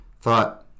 thought